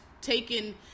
taken